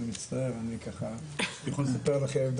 אני יכול לספר לכם,